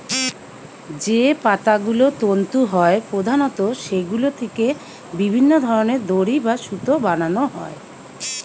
যে পাতাগুলো তন্তু হয় প্রধানত সেগুলো থিকে বিভিন্ন ধরনের দড়ি বা সুতো বানানা হয়